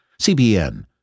CBN